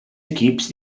equips